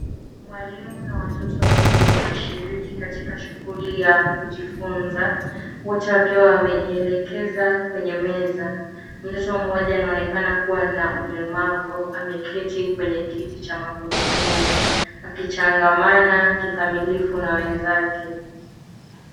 Mwalimu na watoto wawili, wanashiriki, katika shughuli ya kujifunza, wote wakiwa wamejielekeza kwenye meza, mtoto mmoja anaonekana kuwa na ulemavu, ameketi kwenye kiti cha magurudumu, akichangamana, kikamilifu na wenzake.